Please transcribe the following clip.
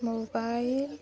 mobile